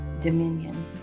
dominion